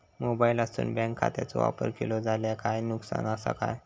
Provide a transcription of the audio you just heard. मोबाईलातसून बँक खात्याचो वापर केलो जाल्या काय नुकसान असा काय?